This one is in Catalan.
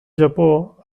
japó